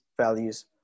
values